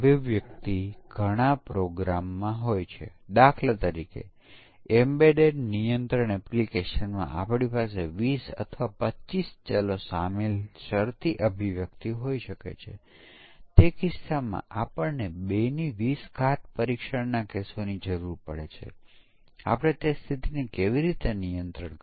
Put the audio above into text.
અહીં મુખ્ય વિચાર એ છે કે સમકક્ષ વર્ગમાં પ્રથમ સ્તરે આપણી પાસે કિંમતોના 2 સેટ છે જે આપણે ડિઝાઇન કર્યા છે સમકક્ષ વર્ગોના 2 સેટજે અહીં 2 સમકક્ષ વર્ગો છે